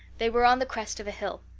they were on the crest of a hill.